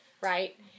right